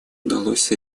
удалось